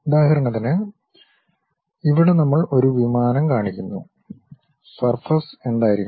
ഉദാഹരണത്തിന് ഇവിടെ നമ്മൾ ഒരു വിമാനം കാണിക്കുന്നു സർഫസ് എന്തായിരിക്കണം